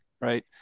Right